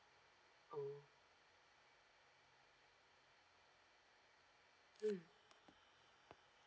oh mm